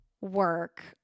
work